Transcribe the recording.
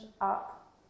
up